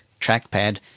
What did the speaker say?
trackpad